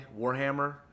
Warhammer